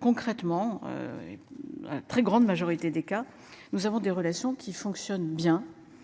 concrètement. La très grande majorité des cas, nous avons des relations qui fonctionne bien